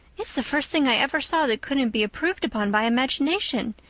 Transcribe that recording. it's the first thing i ever saw that couldn't be improved upon by imagination.